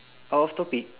out of topic